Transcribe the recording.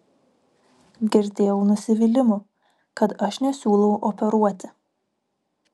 girdėjau nusivylimų kad aš nesiūlau operuoti